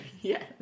Yes